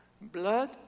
Blood